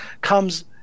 comes